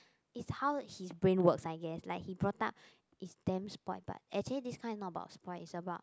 is how his brain work I guess like he brought up is damn spoiled but actually this kind not about spoiled is about